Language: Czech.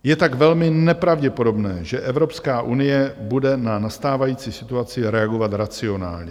Je tak velmi nepravděpodobné, že Evropská unie bude na nastávající situaci reagovat racionálně.